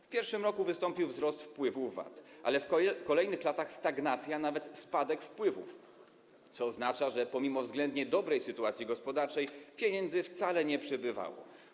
W pierwszym roku wystąpił wzrost wpływów z VAT, ale w kolejnych latach nastąpiła stagnacja, a nawet spadek wpływów, co oznacza, że pomimo względnie dobrej sytuacji gospodarczej pieniędzy wcale nie przybywało.